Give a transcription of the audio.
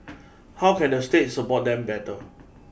how can the state support them better